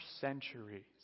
centuries